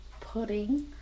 pudding